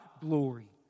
glory